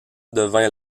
devient